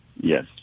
Yes